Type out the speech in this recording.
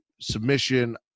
submission